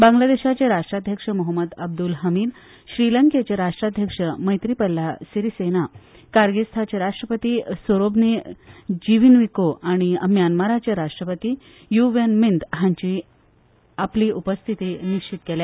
बांगलादेशाचे राष्ट्राध्यक्ष महोम्मद अब्दूल हमीद श्रीलंकेचे राष्ट्राध्यक्ष मैत्रीपला सिरीसेना कार्गीस्थानाचे राष्ट्रपती सोरोनबे जिनविको आनी म्यानमाराचे राष्ट्रपती यू विन मींत हांणी आपली उपस्थिती निश्चीत केल्या